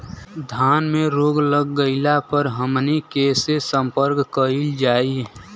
धान में रोग लग गईला पर हमनी के से संपर्क कईल जाई?